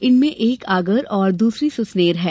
इनमें एक आगर और दूसरी सुसनेर है